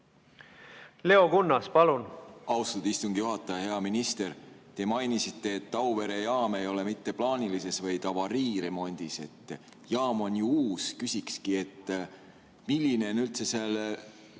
Leo Kunnas, palun! Austatud istungi juhataja! Hea minister! Te mainisite, et Auvere jaam ei ole mitte plaanilises, vaid avariiremondis. Jaam on ju uus. Küsingi, milline on üldse rikete